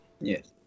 Yes